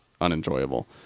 unenjoyable